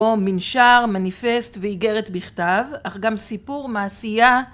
‫בו מנשר, מניפסט והיגרת בכתב, ‫אך גם סיפור, מעשייה...